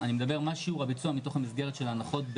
אני אומר מה שיעור הביצוע מתוך המסגרת של ההנחות.